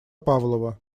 павлова